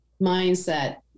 Mindset